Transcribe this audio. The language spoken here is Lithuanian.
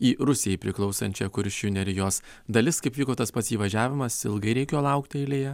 į rusijai priklausančią kuršių nerijos dalis kaip vyko tas pats įvažiavimas ilgai reikėjo laukti eilėje